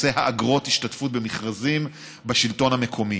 נושא האגרות בהשתתפות במכרזים בשלטון המקומי.